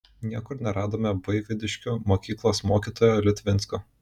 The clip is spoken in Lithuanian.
niekur neradome buivydiškių mokyklos mokytojo liutvinsko